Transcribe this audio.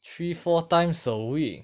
three four times a week